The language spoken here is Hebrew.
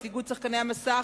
איגוד שחקני המסך,